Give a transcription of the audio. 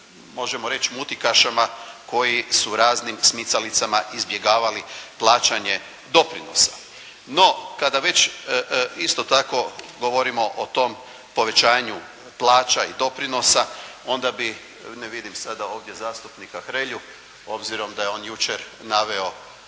možemo reći mutikašama koji su raznim smicalicama izbjegavali plaćanje doprinosa. No, kada već, isto tako govorimo o tom povećanju plaća i doprinosa onda bi, ne vidim ovdje sada zastupnika Hrelju, obzirom da je on jučer naveo